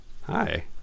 Hi